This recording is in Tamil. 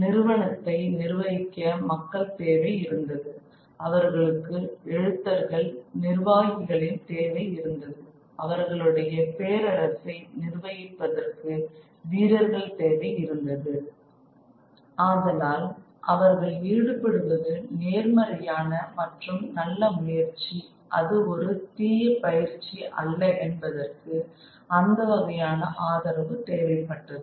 நிறுவனத்தை நிர்வகிக்க மக்கள் தேவை இருந்தது அவர்களுக்கு எழுத்தர்கள் நிர்வாகிகளின் தேவை இருந்தது அவர்களுடைய பேரரசை நிர்வகிப்பதற்கு வீரர்கள் தேவை இருந்தது ஆதலால் அவர்கள் ஈடுபடுவது நேர்மறையான மற்றும் நல்ல முயற்சி அது ஒரு தீய பயிற்சி அல்ல என்பதற்கு அந்த வகையான ஆதரவு தேவைப்பட்டது